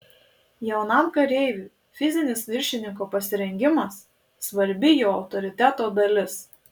jaunam kareiviui fizinis viršininko pasirengimas svarbi jo autoriteto dalis